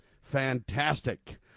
fantastic